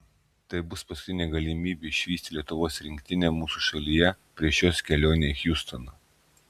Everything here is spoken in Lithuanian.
tai bus paskutinė galimybė išvysti lietuvos rinktinę mūsų šalyje prieš jos kelionę į hjustoną